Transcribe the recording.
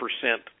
percent